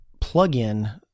plug-in